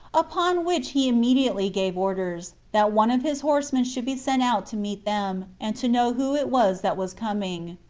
upon which he immediately gave orders, that one of his horsemen should be sent out to meet them, and to know who it was that was coming.